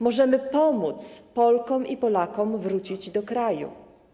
Możemy pomóc Polkom i Polakom wrócić do kraju.